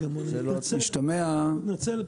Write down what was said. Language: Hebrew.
אני מתנצל.